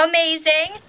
Amazing